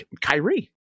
Kyrie